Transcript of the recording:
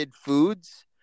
Foods